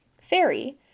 Fairy